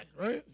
right